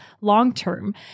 long-term